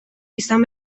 izan